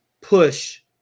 push